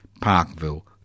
Parkville